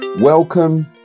Welcome